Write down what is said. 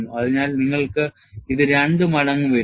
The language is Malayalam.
അതിനാൽ നിങ്ങൾക്ക് ഇത് രണ്ട് മടങ്ങ് വരും